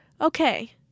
okay